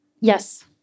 Yes